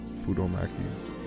Fudomaki's